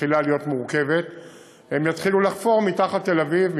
מתחילה להיות מורכבת, יתחילו לחפור מתחת תל-אביב.